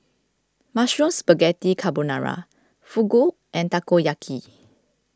Mushroom Spaghetti Carbonara Fugu and Takoyaki